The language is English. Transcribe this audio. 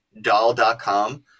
doll.com